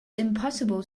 impossible